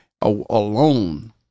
alone